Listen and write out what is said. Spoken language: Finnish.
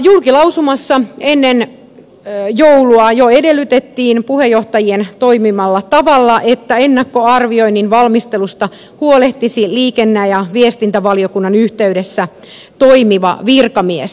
julkilausumassa ennen joulua jo edellytettiin puheenjohtajien toimimalla tavalla että ennakkoarvioinnin valmistelusta huolehtisi liikenne ja viestintävaliokunnan yh teydessä toimiva virkamies